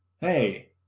Hey